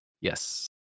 Yes